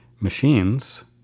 Machines